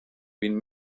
vint